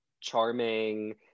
charming